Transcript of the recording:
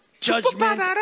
judgment